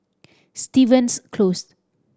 Stevens Close